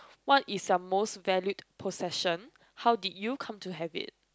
what is your most valued possession how did you come to have it